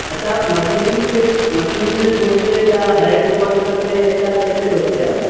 اچھا آپ مشین سے مشین سے دھوتے ہیں یا ہینڈ واش کرتے ہیں یا کیا کیسے دھوتے ہیں آپ